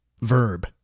verb